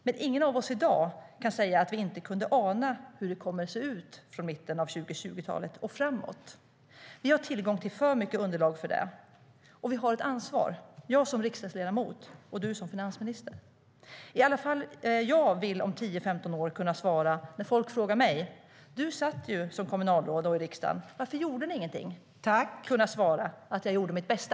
Men ingen av oss kan i dag säga att vi inte kan ana hur det kommer att se ut från mitten av 2020-talet och framåt. Vi har tillgång till för mycket underlag för det, och vi har ett ansvar - jag som riksdagsledamot och du, Magdalena Andersson, som finansminister. När folk om 10-15 år frågar mig: Du satt ju som kommunalråd och i riksdagen. Varför gjorde ni ingenting? Då vill jag kunna svara att jag gjorde mitt bästa.